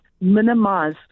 minimize